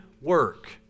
work